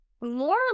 more